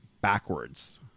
backwards